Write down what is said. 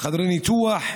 בחדרי ניתוח,